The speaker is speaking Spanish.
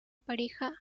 pareja